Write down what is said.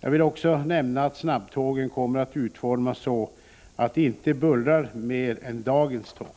Jag vill också nämna att snabbtågen kommer att utformas så att de inte bullrar mer än dagens tåg.